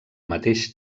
mateix